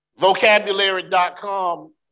Vocabulary.com